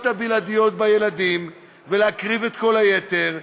הבלעדיות בילדים ולהקריב את כל היתר.